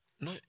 No